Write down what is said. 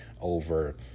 over